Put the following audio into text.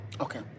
Okay